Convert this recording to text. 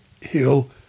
hill